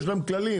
יש להם כללים,